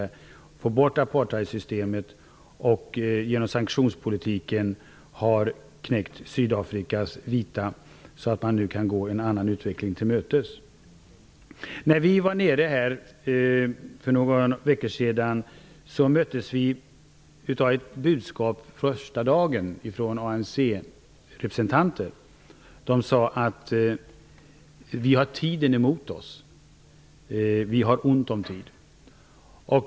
Man har fått bort apartheidsystemet och knäckt Sydafrikas vita genom sanktionspolitiken, så att landet nu kan gå en annan utveckling till mötes. När vi var nere för några veckor sedan möttes vi av ett budskap från ANC-representanter första dagen. De sade: Vi har tiden emot oss. Vi har ont om tid.